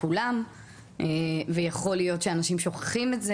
עם מעשים,